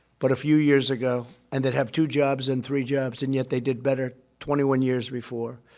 but a few years ago. and they'd have two jobs and three jobs, and yet they did better twenty one years before.